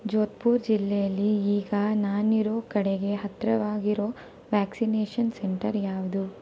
ಜೋಧ್ಪುರ್ ಜಿಲ್ಲೆಯಲ್ಲಿ ಈಗ ನಾನಿರೋ ಕಡೆಗೆ ಹತ್ತಿರವಾಗಿರೋ ವ್ಯಾಕ್ಸಿನೇಷನ್ ಸೆಂಟರ್ ಯಾವುದು